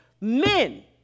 men